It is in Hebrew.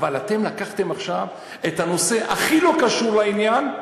אבל אתם לקחתם עכשיו את הנושא הכי לא קשור לעניין,